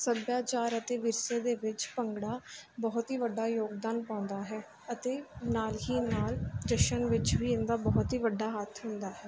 ਸੱਭਿਆਚਾਰ ਅਤੇ ਵਿਰਸੇ ਦੇ ਵਿੱਚ ਭੰਗੜਾ ਬਹੁਤ ਹੀ ਵੱਡਾ ਯੋਗਦਾਨ ਪਾਉਂਦਾ ਹੈ ਅਤੇ ਨਾਲ ਹੀ ਨਾਲ ਜਸ਼ਨ ਵਿੱਚ ਵੀ ਇਹਦਾ ਬਹੁਤ ਹੀ ਵੱਡਾ ਹੱਥ ਹੁੰਦਾ ਹੈ